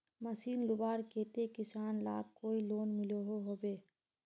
Machine लुबार केते किसान लाक कोई लोन मिलोहो होबे?